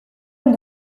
amb